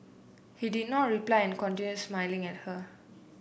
he did not reply and continued smiling at her